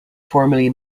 formerly